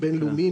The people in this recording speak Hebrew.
בין-לאומיים,